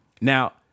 Now